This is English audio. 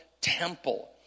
temple